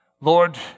Lord